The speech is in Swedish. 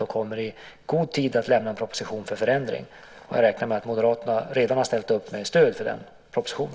Vi kommer i god tid att lämna en proposition för förändring, och jag räknar med att Moderaterna redan har ställt upp med stöd för den propositionen.